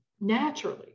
naturally